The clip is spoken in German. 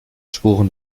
spuren